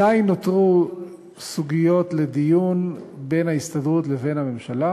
עדיין נותרו סוגיות לדיון בין ההסתדרות לבין הממשלה.